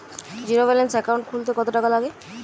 Zero balance account খুলতে কত টাকা লাগে?